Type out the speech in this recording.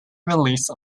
release